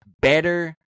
better